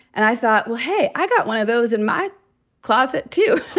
and i thought, well, hey. i got one of those in my closet, too.